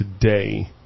today